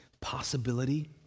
Possibility